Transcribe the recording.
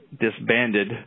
disbanded